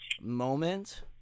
moment